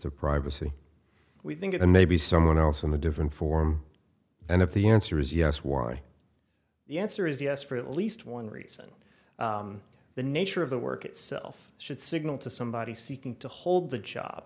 or privacy we think it and maybe someone else in a different form and if the answer is yes why the answer is yes for at least one reason the nature of the work itself should signal to somebody seeking to hold the job